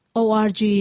org